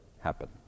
happen